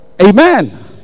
Amen